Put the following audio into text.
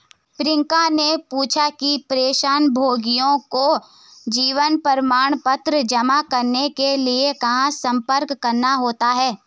प्रियंका ने पूछा कि पेंशनभोगियों को जीवन प्रमाण पत्र जमा करने के लिए कहाँ संपर्क करना होता है?